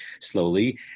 slowly